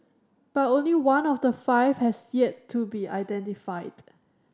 but only one of the five has yet to be identified